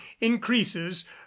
increases